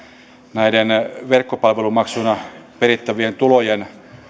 näiden verkkopalvelumaksuina perittävien tulojen